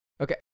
okay